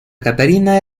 catarina